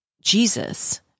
Jesus